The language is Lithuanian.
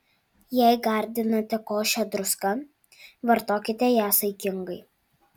jei gardinate košę druska vartokite ją saikingai